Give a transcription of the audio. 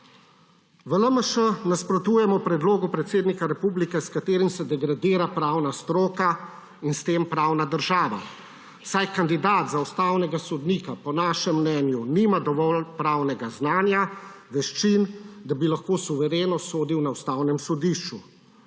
V LMŠ nasprotujemo predlogu predsednika republike, s katerim se degradira pravna stroka in s tem pravna država, saj kandidat za ustavnega sodnika po našem mnenju nima dovolj pravnega znanja, veščin, da bi lahko suvereno sodil na Ustavnem sodišču.